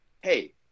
hey